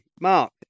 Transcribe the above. Mark